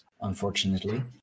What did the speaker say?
unfortunately